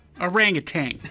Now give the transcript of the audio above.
Orangutan